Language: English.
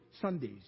Sundays